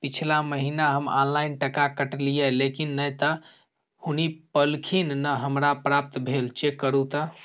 पिछला महीना हम ऑनलाइन टका कटैलिये लेकिन नय त हुनी पैलखिन न हमरा प्राप्त भेल, चेक करू त?